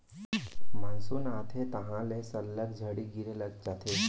monsoon ह आथे तहॉं ले सल्लग झड़ी गिरे लग जाथे